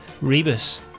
Rebus